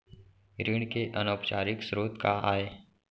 ऋण के अनौपचारिक स्रोत का आय?